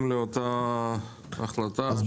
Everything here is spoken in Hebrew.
לאותה החלטה גברים מגיל 67 ונשים מגיל 64 .